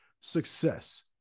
success